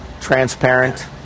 transparent